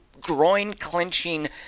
groin-clenching